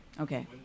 Okay